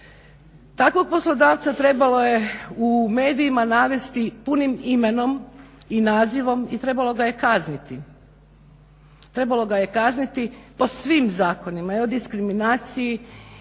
Takvog poslodavca trebalo je u medijima navesti punim imenom i nazivom i trebalo ga je kazniti. Trebalo ga je kazniti po svim zakonima i o diskriminaciji